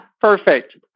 Perfect